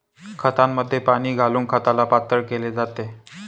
खतामध्ये पाणी घालून खताला पातळ केले जाते